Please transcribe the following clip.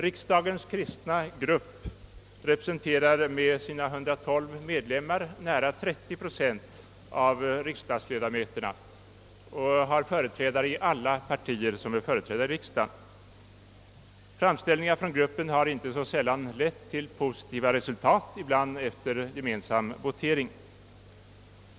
Riksdagens kristna grupp representerar med sina 112 medlemmar nära 30 procent av riksdagsledamöterna och har företrädare i alla riksdagspartier. Framställningar från gruppen har inte sällan lett till positiva resultat, ibland efter gemensam votering.